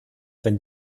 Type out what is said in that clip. wenn